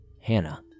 Hannah